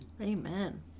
Amen